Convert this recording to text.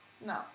No